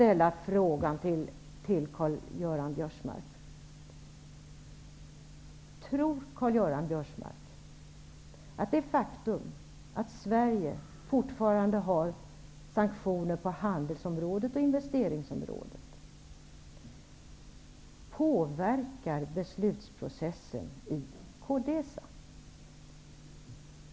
Biörsmark. Tror Karl-Göran Biörsmark att det faktum att Sverige fortfarande har kvar sanktioner på handels och investeringsområdet påverkar beslutsprocessen i Codesa?